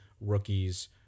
rookies